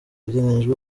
biteganyijwe